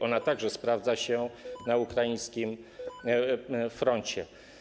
Ona także sprawdza się na ukraińskim froncie.